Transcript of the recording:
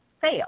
fail